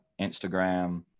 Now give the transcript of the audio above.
Instagram